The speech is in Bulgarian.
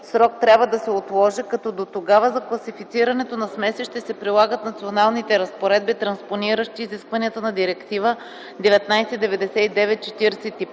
срок, трябва да се отложи, като дотогава за класифицирането на смеси ще се прилагат националните разпоредби, транспониращи изискванията на Директива 1999/45